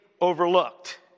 overlooked